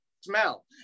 smell